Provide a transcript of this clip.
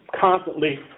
constantly